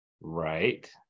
Right